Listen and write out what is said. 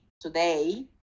today